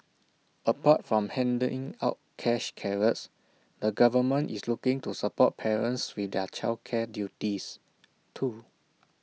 apart from handing out cash carrots the government is looking to support parents with their childcare duties too